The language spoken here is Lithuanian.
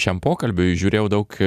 šiam pokalbiui žiūrėjau daug